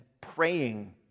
praying